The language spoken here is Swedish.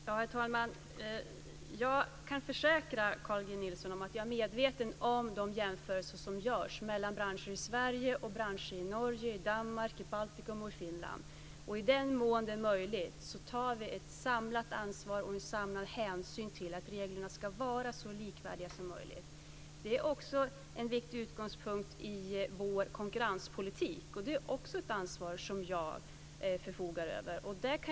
Herr talman! Jag kan försäkra Carl G Nilsson om att jag är medveten om de jämförelser som görs mellan branscher i Sverige och branscher i Norge, Danmark, Baltikum och Finland. I den mån det är möjligt tar vi ett samlat ansvar för och en samlad hänsyn till att reglerna ska vara så likvärdiga som möjligt. Det är också en viktig utgångspunkt i vår konkurrenspolitik, och det är också ett ansvar som jag förfogar över.